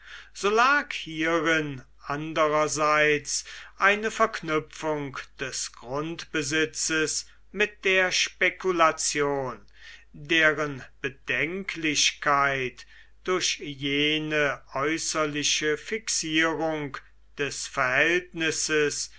so lag hierin andererseits eine verknüpfung des grundbesitzes mit der spekulation deren bedenklichkeit durch jene äußerliche fixierung des verhältnisses